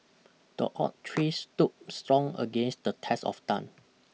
the oak tree stood strong against the test of time